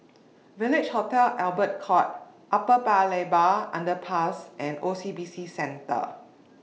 Village Hotel Albert Court Upper Paya Lebar Underpass and O C B C Centre